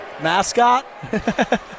mascot